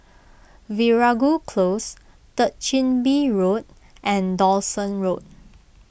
Veeragoo Close Third Chin Bee Road and Dawson Road